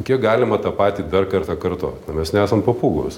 kiek galima tą patį dar kartą kartot mes nesam papūgos